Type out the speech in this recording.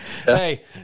Hey